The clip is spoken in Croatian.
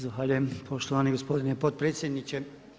Zahvaljujem poštovani gospodine potpredsjedniče.